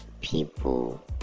people